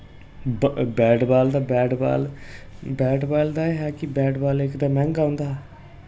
bat ball तां bat ball दा एह् हा के बैट बाल इक तां मैंह्गा